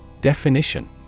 Definition